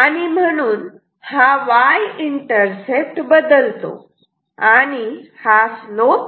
आणि म्हणून हा वाय इंटरसेप्ट बदलतो आणि स्लोप तसाच राहतो